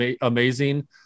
amazing